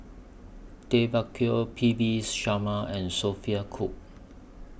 Tay Bak Koi P V Sharma and Sophia Cooke